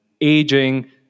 aging